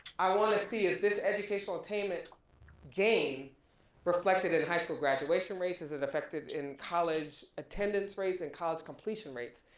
i wanna see is this educational attainment gain reflected in high school graduation rates, is it affected in college attendance rates and college completion rates,